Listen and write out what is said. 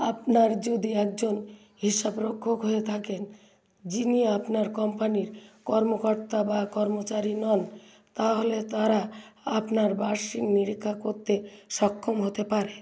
আপনার যদি একজন হিসাবরক্ষক হয়ে থাকেন যিনি আপনার কম্পানির কর্মকর্তা বা কর্মচারী নন তাহলে তারা আপনার বার্ষিক নিরীক্ষা করতে সক্ষম হতে পারে